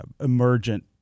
emergent